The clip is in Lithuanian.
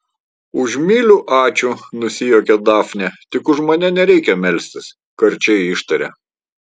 už myliu ačiū nusijuokė dafnė tik už mane nereikia melstis karčiai ištarė